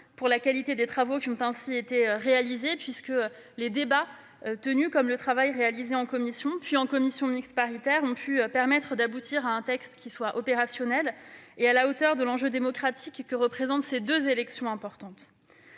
de la qualité des travaux qui ont ainsi été réalisés. Les débats, comme le travail réalisé dans les commissions et en commission mixte paritaire, ont permis d'aboutir à un texte opérationnel et à la hauteur de l'enjeu démocratique que représentent ces deux élections importantes.